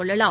கொள்ளலாம்